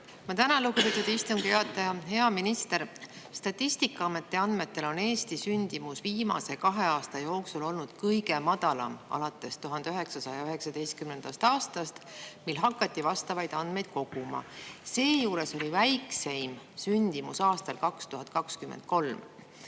Ma tänan, lugupeetud istungi juhataja! Hea minister! Statistikaameti andmetel on Eesti sündimus viimase kahe aasta jooksul olnud kõige madalam alates 1919. aastast, mil hakati vastavaid andmeid koguma. Seejuures oli väikseim sündimus 2023.